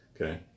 Okay